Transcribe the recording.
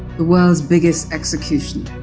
the world's biggest executioner.